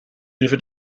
hilfe